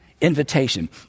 invitation